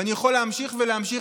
ואני יכול להמשיך ולהמשיך.